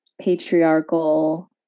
patriarchal